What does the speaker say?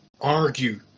argue